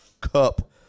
cup